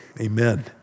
Amen